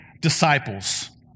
disciples